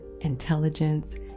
intelligence